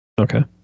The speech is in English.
Okay